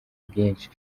bwinshi